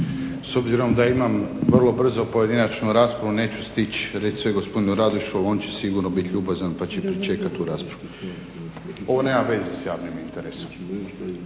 S obzirom da imam vrlo brzo pojedinačnu raspravu neću stići reć sve gospodinu Radošu ali on će sigurno biti ljubazan pa će pričekati tu raspravu. Ovo nema veze sa javnim interesom,